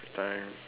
free time